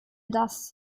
das